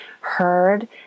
heard